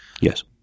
Yes